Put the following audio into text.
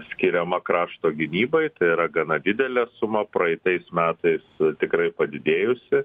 skiriama krašto gynybai tai yra gana didelė suma praeitais metais tikrai padidėjusi